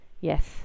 Yes